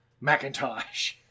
Macintosh